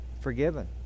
forgiven